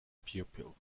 pupil